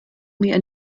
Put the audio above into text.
mir